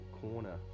corner